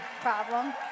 problem